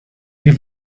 die